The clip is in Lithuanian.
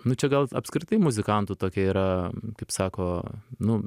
nu čia gal apskritai muzikantų tokia yra kaip sako nu